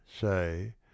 say